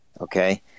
Okay